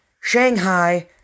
Shanghai